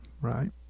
right